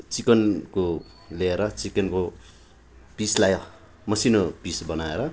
चिकनको ल्याएर चिकनको पिसलाई मसिनो पिस बनाएर